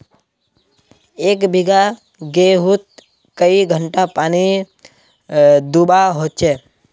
एक बिगहा गेँहूत कई घंटा पानी दुबा होचए?